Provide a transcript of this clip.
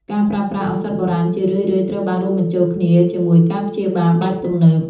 ការប្រើប្រាស់ឱសថបុរាណជារឿយៗត្រូវបានរួមបញ្ចូលគ្នាជាមួយការព្យាបាលបែបទំនើប។